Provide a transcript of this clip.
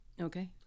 Okay